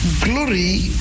glory